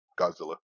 Godzilla